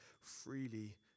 freely